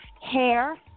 Hair